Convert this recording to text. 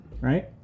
right